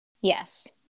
Yes